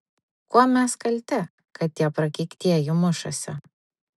kuom mes kalti kad tie prakeiktieji mušasi